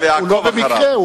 לא במקרה,